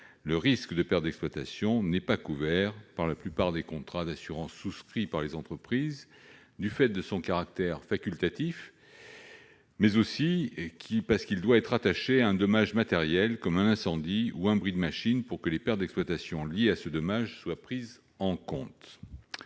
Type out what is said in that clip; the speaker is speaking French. le risque de pertes d'exploitation n'est pas couvert par la plupart des contrats d'assurance souscrits par les entreprises, du fait de son caractère facultatif, mais aussi parce qu'il doit être rattaché à un dommage matériel comme un incendie ou un bris de machines. Dans la crise actuelle, il est cependant naturel que